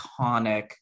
iconic